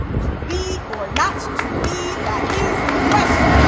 to be, or not, to be, that is, the question.